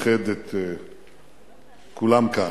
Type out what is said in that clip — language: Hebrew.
מאחדים את כולם כאן,